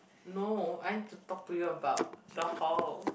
no I need to talk to you about the hall